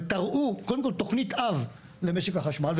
ותראו קודם כל תוכנית אב למשק החשמל,